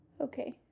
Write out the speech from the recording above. Okay